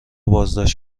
بازداشت